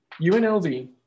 UNLV